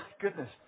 goodness